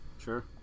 sure